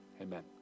Amen